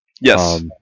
Yes